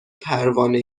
پروانه